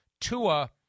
Tua